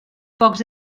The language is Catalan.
pocs